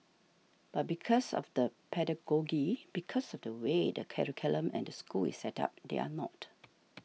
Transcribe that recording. but because of the pedagogy because of the way the curriculum and the school is set up they are not